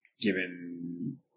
given